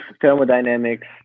thermodynamics